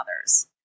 others